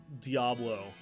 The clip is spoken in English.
Diablo